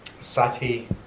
Sati